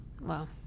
wow